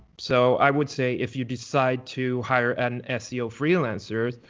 so i would say if you decide to hire an seo freelancer,